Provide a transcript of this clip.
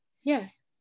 Yes